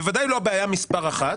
בוודאי לא הבעיה מספר אחת.